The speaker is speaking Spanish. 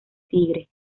tigre